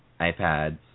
iPads